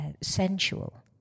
sensual